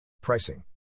Pricing